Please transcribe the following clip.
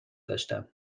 داشتم